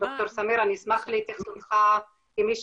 ד"ר סמיר, אני אשמח להתייחסותך כמי